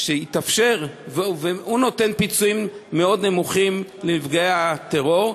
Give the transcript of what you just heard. הוא נותן פיצויים מאוד נמוכים לנפגעי הטרור,